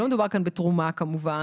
לא מדובר כאן בתרומה כמובן,